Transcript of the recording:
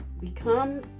become